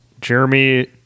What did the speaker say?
jeremy